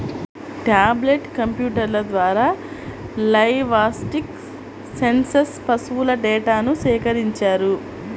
tablet కంప్యూటర్ల ద్వారా livestock census పశువుల డేటాను సేకరించారు